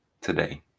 today